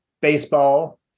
baseball